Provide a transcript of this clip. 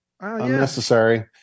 Unnecessary